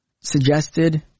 suggested